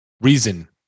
reason